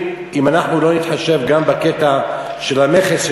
אם אנחנו לא נתחשב גם בקטע של המכס,